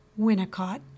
Winnicott